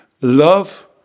love